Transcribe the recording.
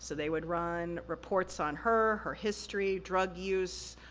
so they would run reports on her, her history, drug use,